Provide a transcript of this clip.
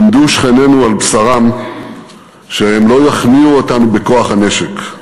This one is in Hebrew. למדו שכנינו על בשרם שהם לא יכניעו אותנו בכוח הנשק.